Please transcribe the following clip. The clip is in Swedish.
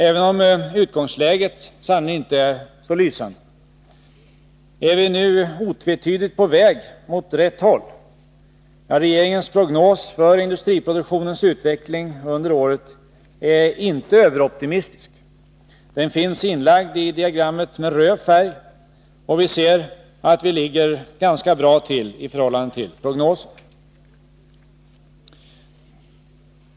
Även om utgångsläget sannerligen inte är så lysande, är vi nu otvetydigt på väg mot rätt håll. Regeringens prognos för industriproduktionens utveckling under året är inte överoptimistiskt. Vi ser att vi ligger ganska bra till i förhållande till prognosen.